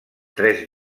tres